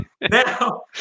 now